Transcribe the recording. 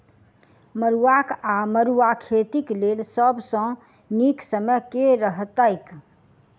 मरुआक वा मड़ुआ खेतीक लेल सब सऽ नीक समय केँ रहतैक?